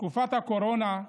תקופת הקורונה,